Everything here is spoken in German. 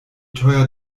teuer